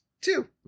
two